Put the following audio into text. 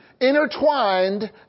intertwined